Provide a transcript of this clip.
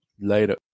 Later